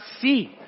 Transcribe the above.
see